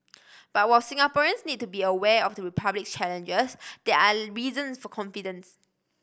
but while Singaporeans need to be aware of the Republic's challenges there are reasons for confidence